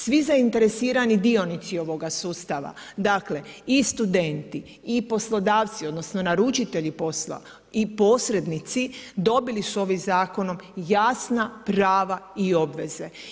Svi zainteresirani dionici ovoga sustava, dakle i studenti i poslodavci, odnosno i naručitelji posla i posrednici, dobili su ovim zakonom jasna prava i obveze.